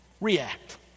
react